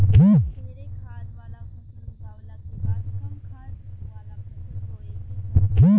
एमे ढेरे खाद वाला फसल उगावला के बाद कम खाद वाला फसल बोए के चाही